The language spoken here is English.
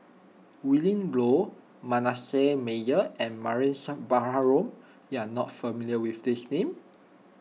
Willin Low Manasseh Meyer and Mariam Baharom you are not familiar with these names